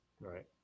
Right